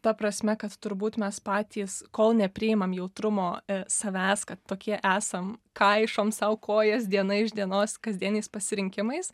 ta prasme kad turbūt mes patys kol nepriimam jautrumo savęs kad tokie esam kaišom sau kojas diena iš dienos kasdieniais pasirinkimais